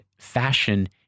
fashion